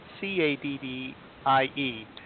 C-A-D-D-I-E